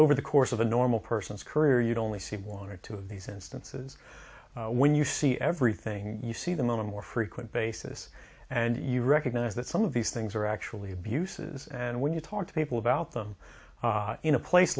over the course of a normal person's career you'd only see one or two of these instances when you see everything you see them on a more frequent basis and you recognize that some of these things are actually abuses and when you talk to people about them in a place